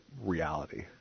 reality